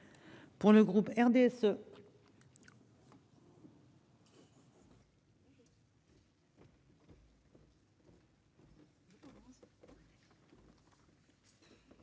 pour le groupe RDSE.